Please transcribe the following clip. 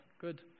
Good